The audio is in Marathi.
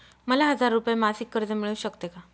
मला हजार रुपये मासिक कर्ज मिळू शकते का?